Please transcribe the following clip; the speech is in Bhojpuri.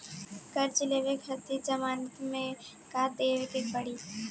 कर्जा लेवे खातिर जमानत मे का देवे के पड़ी?